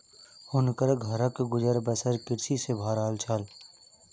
हुनकर घरक गुजर बसर कृषि सॅ भअ रहल छल